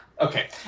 Okay